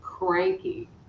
cranky